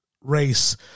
Race